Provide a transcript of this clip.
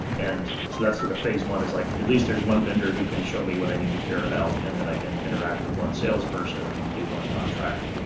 and so that's sort of phase one is like at least there's one vendor who can show me what i need to care about and that i can interact with one salesperson and do one contract.